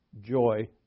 joy